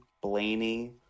Blaney